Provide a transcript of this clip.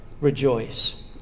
rejoice